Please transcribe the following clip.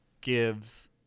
gives